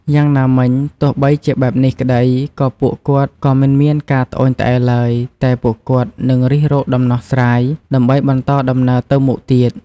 យ៉ាងណាមិញ ទោះបីជាបែបនេះក្តី ក៏ពួកគាត់ក៏មិនមានការត្អូញត្អែរឡើយ តែពួកគាត់នឹងរិះរកដំណោះស្រាយ ដើម្បីបន្តដំណើរទៅមុខទៀត។